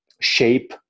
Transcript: shape